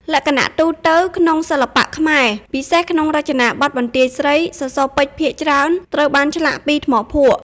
លក្ខណៈទូទៅក្នុងសិល្បៈខ្មែរ (ពិសេសក្នុងរចនាបថបន្ទាយស្រី) សសរពេជ្រភាគច្រើនត្រូវបានឆ្លាក់ពី ថ្មភក់។